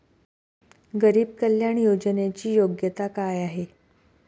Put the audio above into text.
गरीब कल्याण योजनेची योग्यता काय आहे?